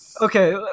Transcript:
okay